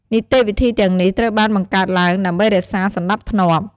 នីតិវិធីទាំងនេះត្រូវបានបង្កើតឡើងដើម្បីរក្សាសណ្តាប់ធ្នាប់។